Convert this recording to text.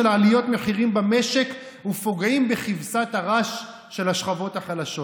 עליות מחירים במשק ופוגעים בכבשת הרש של השכבות החלשות.